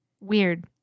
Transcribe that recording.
Weird